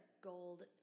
gold